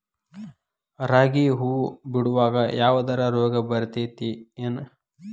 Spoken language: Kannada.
ರಾಗಿ ಹೂವು ಬಿಡುವಾಗ ಯಾವದರ ರೋಗ ಬರತೇತಿ ಏನ್?